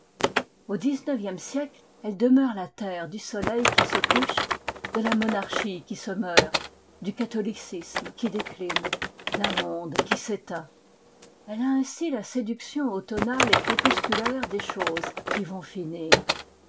au dix-neuvième siècle elle demeure la terre du soleil qui se couche de la monarchie qui se meurt du catholicisme qui décline d'un monde qui s'éteint elle a ainsi la séduction automnale et crépusculaire des choses qui vont finir